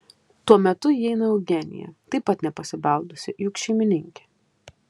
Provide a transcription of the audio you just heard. tuo metu įeina eugenija taip pat nepasibeldusi juk šeimininkė